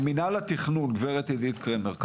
מנהל התכנון, גברת עדית קרמר.